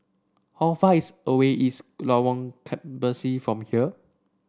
how far is away Lorong Kebasi from here